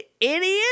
idiot